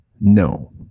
no